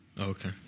Okay